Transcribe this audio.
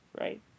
right